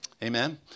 Amen